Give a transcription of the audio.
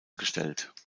gestellt